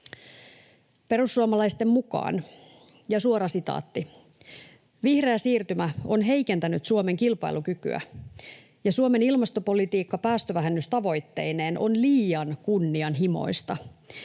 Perussuomalaisten mukaan "vihreä siirtymä on heikentänyt Suomen kilpailukykyä, ja Suomen ilmastopolitiikka päästövähennystavoitteineen on liian kunnianhimoista".